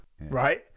right